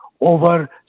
over